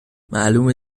معلومه